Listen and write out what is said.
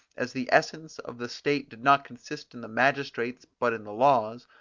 as the essence of the state did not consist in the magistrates but in the laws,